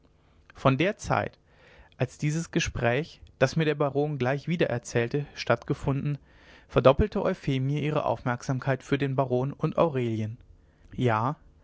von der zeit als dieses gespräch das mir der baron gleich wiedererzählte stattgefunden verdoppelte euphemie ihre aufmerksamkeit für den baron und aurelien ja